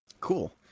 Cool